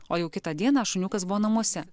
o jau kitą dieną šuniukas buvo namuose